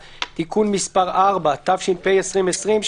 אנחנו נחכה ל-10 באוקטובר.